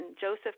Joseph